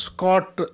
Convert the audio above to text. Scott